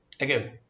Again